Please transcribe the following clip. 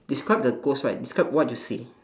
describe the goats right describe what you see